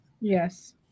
Yes